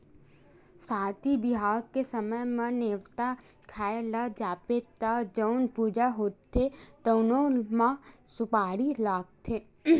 सादी बिहाव के समे म, नेवता खाए ल जाबे त जउन पूजा होथे तउनो म सुपारी लागथे